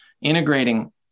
integrating